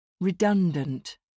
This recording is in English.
Redundant